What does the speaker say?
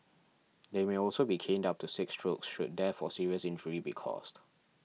they may also be caned up to six strokes should death or serious injury be caused